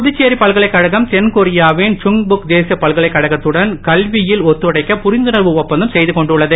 புதுச்சேரி பல்கலைக்கழகம் தென்கொரியாவின் கேசிய பல்கலைக்கழகத்துடன் கல்வியில் ஒத்துழைக்க புரிந்துணர்வு ஒப்பந்தம் செய்து கொண்டுள்ளது